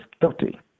guilty